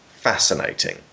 fascinating